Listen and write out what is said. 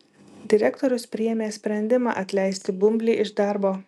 direktorius priėmė sprendimą atleisti bumblį iš darbo